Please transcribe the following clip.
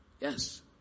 Yes